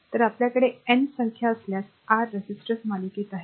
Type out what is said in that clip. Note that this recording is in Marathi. तर आपल्याकडे N संख्या असल्यास आर रेजिस्टर्स मालिकेत आहेत